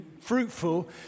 fruitful